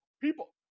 people